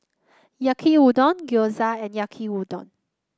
Yaki Udon Gyoza and Yaki Udon